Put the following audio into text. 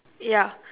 ya